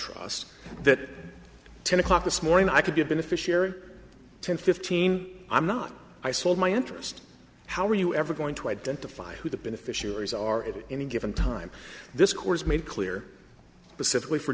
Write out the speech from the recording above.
trusts that ten o'clock this morning i could be a beneficiary ten fifteen i'm not i sold my interest how are you ever going to identify who the beneficiaries are at any given time this course made clear pacifically for